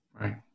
Right